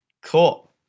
cool